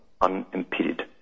unimpeded